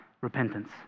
repentance